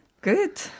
Good